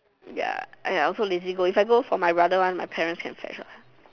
ya !aiya! I also lazy go if I go for my brother one then my parents can fetch what